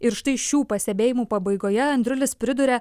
ir štai šių pastebėjimų pabaigoje andriulis priduria